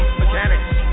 mechanics